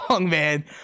man